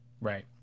right